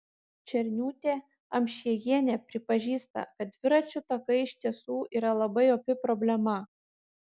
černiūtė amšiejienė pripažįsta kad dviračių takai iš tiesų yra labai opi problema